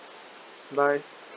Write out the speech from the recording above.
bye